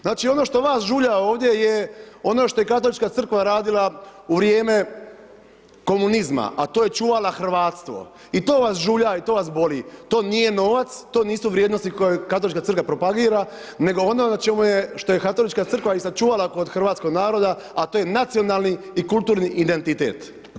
Znači ono što vas žulja ovdje je ono što Katolička crkva radila u vrijeme komunizma a to je čuvala hrvatstvo i to vas žulja i to vas boli, to nije novac, to nisu vrijednosti koje Katolička crkva propagira nego ono na čemu je što je Katolička crkva i sačuvala kod hrvatskog naroda a to je nacionalni i kulturni identitet.